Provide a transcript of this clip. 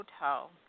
hotel